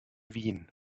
wien